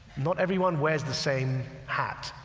not everyone wears the same hat.